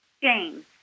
James